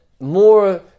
more